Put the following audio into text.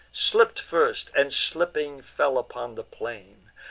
slipp'd first, and, slipping, fell upon the plain,